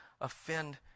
offend